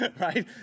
Right